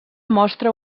mostra